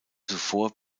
zuvor